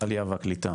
העלייה והקליטה,